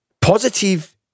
positive